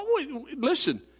Listen